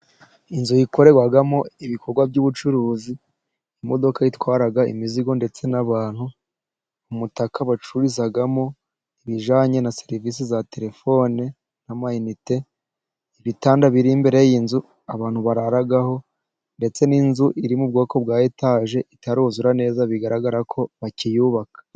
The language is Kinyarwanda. Inzu ikorerwagamo ibikorwa by'ubucuruzi, imodoka itwara imizigo ndetse n'abantu. Umutaka bacururizamo ibiyjanye na serivisi za terefone n'amiyinite, ibitanda biri imbere y'inzu, abantu bararaho ndetse n'inzu iri mu bwoko bwa etage itaruzura neza bigaragara ko bakiyubaka.